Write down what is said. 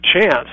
chance